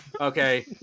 okay